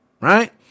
right